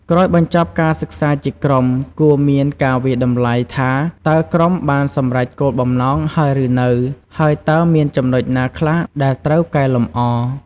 ក្រោយបញ្ចប់ការសិក្សាជាក្រុម គួរមានការវាយតម្លៃថា តើក្រុមបានសម្រេចគោលបំណងហើយឬនៅ ហើយតើមានចំណុចណាខ្លះដែលត្រូវកែលម្អ។